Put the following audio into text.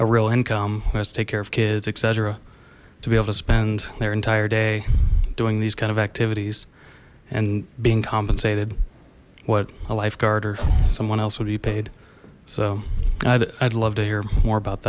a real income let's take care of kids etc to be able to spend their entire day doing these kind of activities and being compensated what a lifeguard or someone else would be paid so i'd love to hear more about